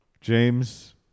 James